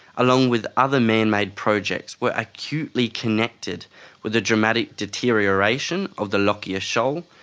along with other man-made projects, were acutely connected with a dramatic deterioration of the lockyer shoal,